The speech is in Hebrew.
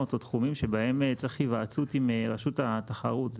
או תחומים שבהם צריך היוועצות עם רשות התחרות.